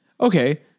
Okay